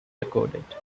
recorded